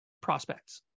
prospects